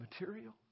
material